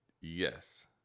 yes